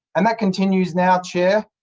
and that continues now, chair,